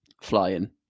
flying